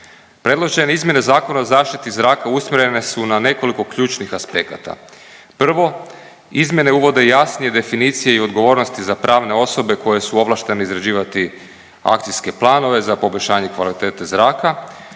Predložene izmjene Zakona o zaštiti zraka usmjerene su na nekoliko ključnih aspekata. Prvo izmjene uvode jasnije definicije i pravne osobe koje su ovlaštene izrađivati akcijske planove za poboljšanje kvalitete zraka.